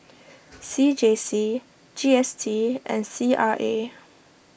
C J C G S T and C R A